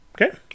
Okay